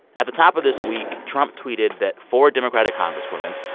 at the top of this week, trump tweeted that four democratic congresswomen,